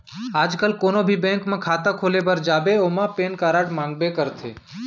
आज काल कोनों भी बेंक म खाता खोले बर जाबे ओमा पेन कारड मांगबे करथे